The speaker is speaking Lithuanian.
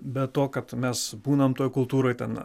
be to kad mes būnam toje kultūroje ten